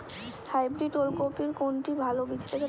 Hybrid ওল কপির কোনটি ভালো বীজ?